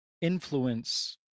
influence